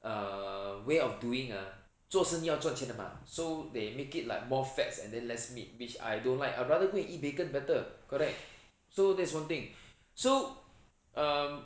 err way of doing ah 做生意要赚钱的吗 so they make it like more fats and then less meat which I don't like I'd rather go and eat bacon better correct so that's one thing so um